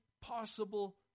possible